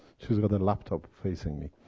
she's got a laptop facing me.